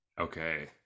Okay